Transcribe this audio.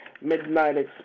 midnight